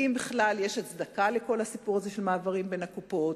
האם בכלל יש הצדקה לכל הסיפור הזה של מעבר בין הקופות,